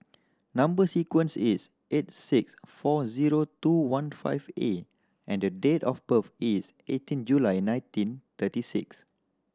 number sequence is eight six four zero two one five A and the date of birth is eighteen July nineteen thirty six